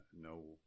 No